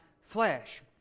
flesh